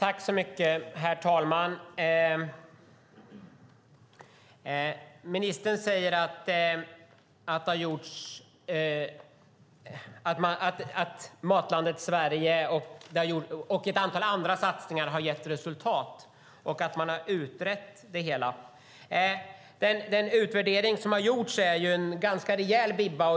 Herr talman! Ministern säger att Matlandet Sverige och ett antal andra satsningar har gett resultat och att man har utrett det hela. Den utvärdering som har gjorts är ju en ganska rejäl bibba.